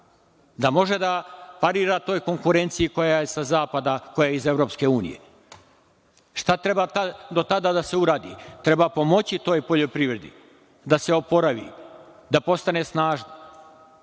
da može da parira toj konkurenciji koja je sa zapada, koja je iz EU. Šta treba do tada da se uradi? Treba pomoći toj poljoprivredi da se oporavi, da postane snažna.